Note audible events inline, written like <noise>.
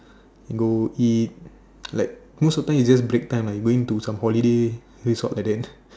go eat <noise> like most of the time its just break time like going to some holiday resort at the end